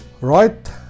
Right